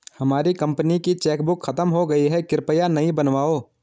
हमारी कंपनी की चेकबुक खत्म हो गई है, कृपया नई बनवाओ